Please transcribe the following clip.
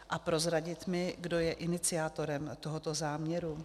A prozradit mi, kdo je iniciátorem tohoto záměru?